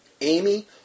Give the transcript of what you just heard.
Amy